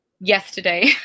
yesterday